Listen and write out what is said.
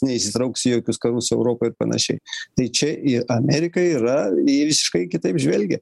neįsitrauks į jokius karus europoj ir panašiai tai čia į amerika yra visiškai kitaip žvelgia